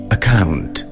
Account